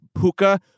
Puka